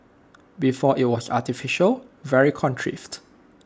before IT was artificial very contrived